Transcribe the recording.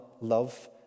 love